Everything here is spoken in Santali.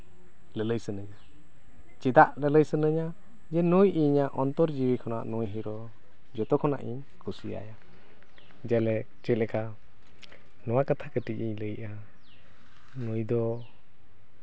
ᱞᱟᱹᱞᱟᱹᱭ ᱥᱟᱱᱟᱧ ᱠᱟᱱᱟ ᱪᱮᱫᱟᱜ ᱞᱟᱹᱞᱟᱹᱭ ᱥᱟᱱᱟᱧᱟ ᱡᱮ ᱱᱩᱭ ᱤᱧᱟᱹᱜ ᱚᱱᱛᱚᱨ ᱡᱤᱣᱤ ᱠᱷᱚᱱᱟᱜ ᱱᱩᱭ ᱦᱤᱨᱳ ᱡᱚᱛᱚ ᱠᱷᱚᱱᱟᱜ ᱤᱧ ᱠᱩᱥᱤᱭᱟᱭᱟ ᱡᱮᱞᱮᱠ ᱪᱮᱫ ᱞᱮᱠᱟ ᱱᱚᱣᱟ ᱠᱟᱛᱷᱟ ᱠᱟᱹᱴᱤᱡ ᱤᱧ ᱞᱟᱹᱭᱮᱫᱼᱟ ᱱᱩᱭ ᱫᱚ